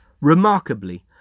Remarkably